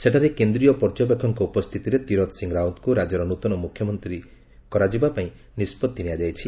ସେଠାରେ କେନ୍ଦ୍ରୀୟ ପର୍ଯ୍ୟବେକ୍ଷଙ୍କ ଉପସ୍ଥିତିରେ ତିରଥ ସିଂ ରାଓୃତଙ୍କୁ ରାଜ୍ୟର ନୃତନ ମୁଖ୍ୟମନ୍ତ୍ରୀ କରାଯିବା ପାଇଁ ନିଷ୍ପଭି ନିଆଯାଇଛି